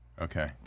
Okay